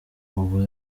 ubwo